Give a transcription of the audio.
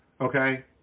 Okay